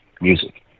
music